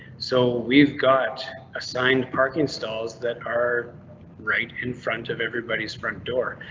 so we've got assigned parking stalls that are right in front of everybody's front door,